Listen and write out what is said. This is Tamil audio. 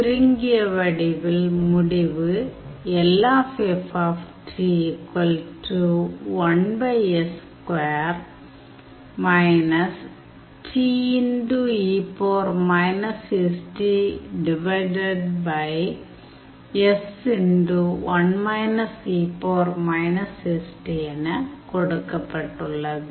சுருங்கிய வடிவில் முடிவு எனக் கொடுக்கப் பட்டுள்ளது